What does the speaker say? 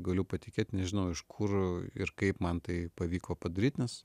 galiu patikėt nežinau iš kur ir kaip man tai pavyko padaryt nes